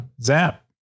zap